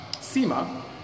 SEMA